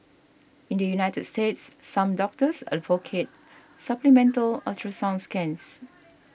in the United States some doctors advocate supplemental ultrasound scans